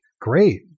great